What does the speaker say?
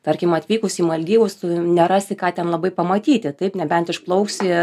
tarkim atvykus į maldyvus tu nerasi ką ten labai pamatyti taip nebent išplauksi